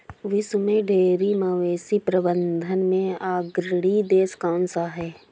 विश्व में डेयरी मवेशी प्रबंधन में अग्रणी देश कौन सा है?